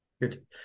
good